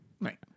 Right